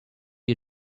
you